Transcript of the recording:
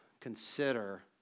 consider